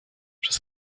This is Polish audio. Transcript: przez